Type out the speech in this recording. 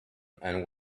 and